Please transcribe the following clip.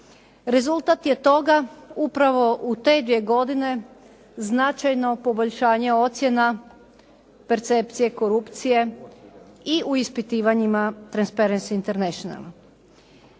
Rezultat je toga upravo u te dvije godine značajno poboljšanje ocjena percepcije korupcije i u ispitivanjima Transparensy International.